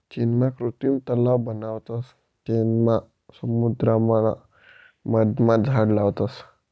चीनमा कृत्रिम तलाव बनावतस तेनमा समुद्राना मधमा झाड लावतस